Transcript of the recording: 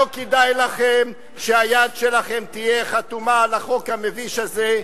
לא כדאי לכם שהיד שלכם תהיה חתומה על החוק המביש הזה.